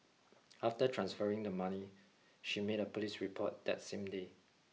after transferring the money she made a police report that same day